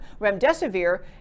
remdesivir